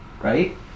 right